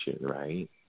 right